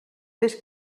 fes